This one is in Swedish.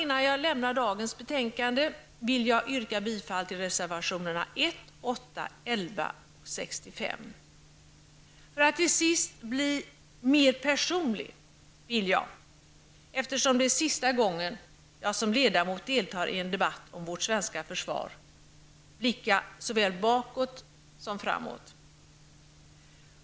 Innan jag lämnar dagens betänkande vill jag yrka bifall till reservationerna 1, 8, 11 och För att till sist bli mer personlig vill jag, eftersom det är sista gången jag som ledamot deltar i en debatt om vårt svenska försvar, blicka såväl bakåt som framåt.